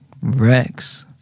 Rex